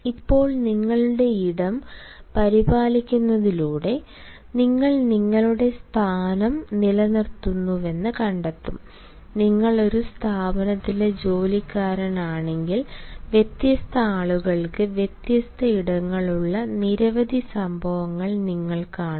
ഇപ്പോൾ നിങ്ങളുടെ ഇടം പരിപാലിക്കുന്നതിലൂടെ നിങ്ങൾ നിങ്ങളുടെ സ്ഥാനം നിലനിർത്തുന്നുവെന്ന് കണ്ടെത്തും നിങ്ങൾ ഒരു സ്ഥാപനത്തിലെ ജോലിക്കാരനാണെങ്കിൽ വ്യത്യസ്ത ആളുകൾക്ക് വ്യത്യസ്ത ഇടങ്ങളുള്ള നിരവധി സംഭവങ്ങൾ നിങ്ങൾ കാണും